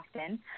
often